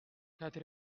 quatre